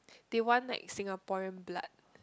they want like Singaporean blood